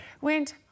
went